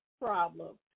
problem